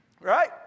right